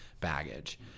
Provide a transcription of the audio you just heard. baggage